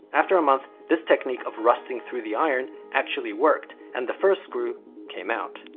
after a month, this technique of rusting through the iron actually worked, and the first screw came out.